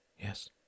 Yes